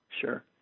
sure